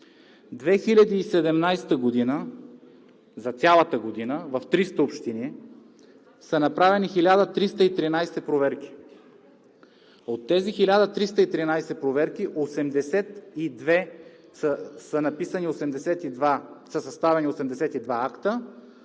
ги хванат. За цялата 2017 г. в 300 общини са направени 1313 проверки. От тези 1313 проверки са съставени 82 акта,